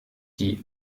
die